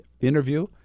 interview